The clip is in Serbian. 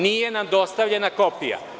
Nije nam dostavljena kopija.